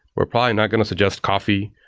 we're probably not going to suggest coffee.